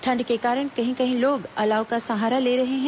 ठंड के कारण कहीं कहीं लोग अलाव का सहारा ले रहे हैं